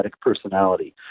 personality